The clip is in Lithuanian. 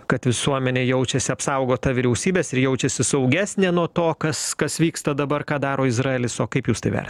kad visuomenė jaučiasi apsaugota vyriausybės ir jaučiasi saugesnė nuo to kas kas vyksta dabar ką daro izraelis o kaip jūs tai ver